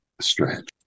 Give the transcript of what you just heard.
Stretch